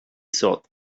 thought